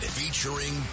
featuring